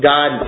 God